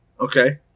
Okay